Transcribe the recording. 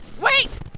Wait